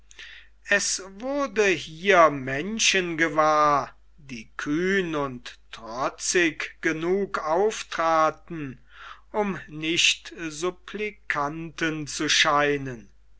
es wurde hier menschen gewahr die kühn und trotzig genug auftraten um nicht supplikanten zu scheinen